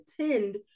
attend